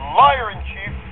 liar-in-chief